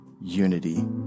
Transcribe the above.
unity